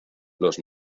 los